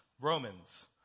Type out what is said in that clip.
Romans